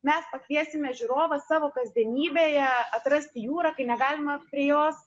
mes pakviesime žiūrovą savo kasdienybėje atrasti jūrą kai negalima prie jos